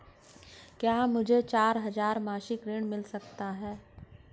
क्या मुझे चार हजार मासिक ऋण मिल सकता है?